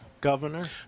governor